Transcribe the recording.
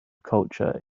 culture